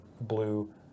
blue